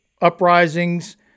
uprisings